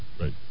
right